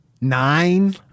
Nine